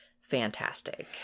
fantastic